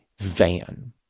van